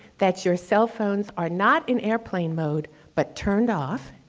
that your cellphones are not in airplane mode, but turned off,